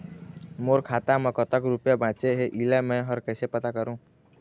मोर खाता म कतक रुपया बांचे हे, इला मैं हर कैसे पता करों?